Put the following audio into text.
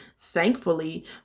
thankfully